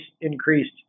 increased